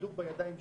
הכדור בידיים שלנו.